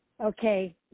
Okay